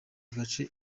gace